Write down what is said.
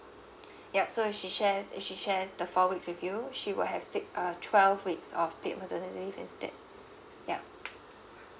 yup so if she shares if she shares the four weeks with you she will have take uh twelve weeks of paid maternity leave instead yup